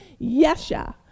yesha